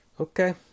Okay